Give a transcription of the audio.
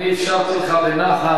אני אפשרתי לך בנחת,